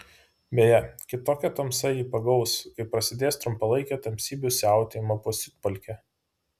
beje kitokia tamsa jį pagaus kai prasidės trumpalaikė tamsybių siautėjimo pasiutpolkė